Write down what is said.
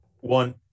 one